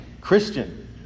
Christian